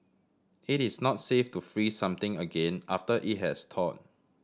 it is not safe to freeze something again after it has thawed